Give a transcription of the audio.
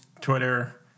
Twitter